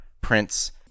prince